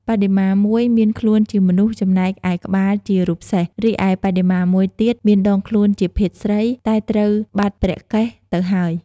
បដិមាមួយមានខ្លួនជាមនុស្សចំណែកឯក្បាលជារូបសេះ រីឯបដិមាមួយទៀតមានដងខ្លួនជាភេទស្រី តែត្រូវបាត់ព្រះកេសទៅហើយ។